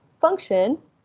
functions